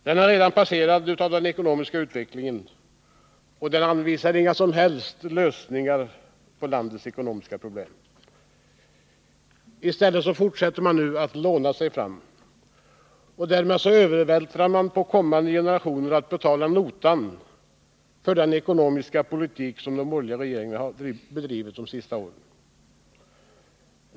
Den är redan passerad av den ekonomiska verkligheten, och den anvisar inga som helst lösningar på landets ekonomiska problem. I stället skall man fortsätta att låna sig fram och därmed övervältra på kommande generationer att betala notan för den ekonomiska politik som de borgerliga regeringarna har bedrivit under de senaste åren.